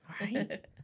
right